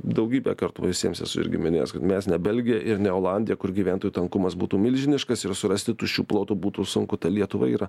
daugybę kartų visiems esu irgi minėjęs kad mes ne belgija ir ne olandija kur gyventojų tankumas būtų milžiniškas ir surasti tuščių plotų būtų sunku ta lietuvai yra